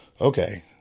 okay